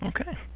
Okay